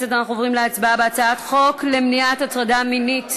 הצעת חוק למניעת הטרדה מינית